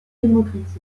démocratique